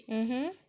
mmhmm